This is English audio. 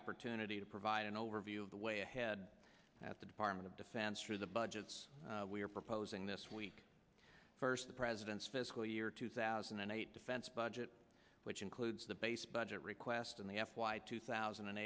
opportunity to provide an overview of the way ahead at the department of defense or the budgets we are proposing this week first the president's fiscal year two thousand and eight defense budget which includes the base budget request in the f y two thousand and